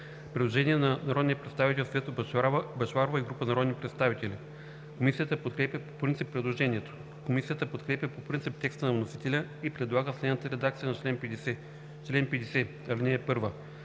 предложение на народния представител Светла Бъчварова и група народни представители. Комисията подкрепя по принцип предложението. Комисията подкрепя по принцип текста на вносителя и предлага следната редакция на чл. 50: „Чл. 50. (1)